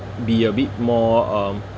be a bit more um